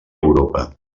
europa